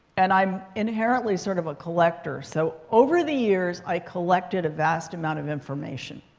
and i'm inherently sort of a collector. so over the years, i collected a vast amount of information.